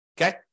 okay